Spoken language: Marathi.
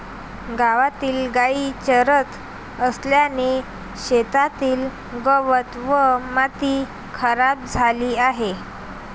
गावातील गायी चरत असल्याने शेतातील गवत व माती खराब झाली आहे